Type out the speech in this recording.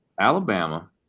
Alabama